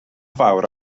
fawr